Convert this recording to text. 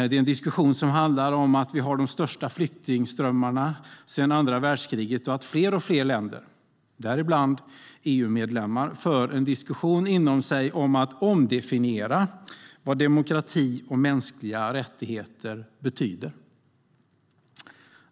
Det är en diskussion som handlar om att vi har de största flyktingströmmarna sedan andra världskriget och att fler och fler länder, däribland EU-medlemmar, för en diskussion om att omdefiniera vad demokrati och mänskliga rättigheter betyder.